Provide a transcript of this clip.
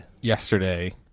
yesterday